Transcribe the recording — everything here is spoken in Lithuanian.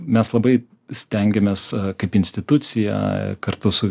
mes labai stengiamės kaip institucija kartu su